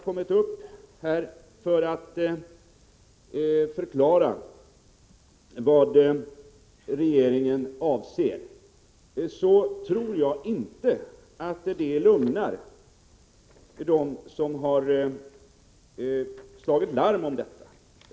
När nu Birgitta Dahl förklarar vad regeringen avser, tror jag inte att det lugnar dem som har slagit larm.